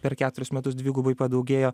per keturis metus dvigubai padaugėjo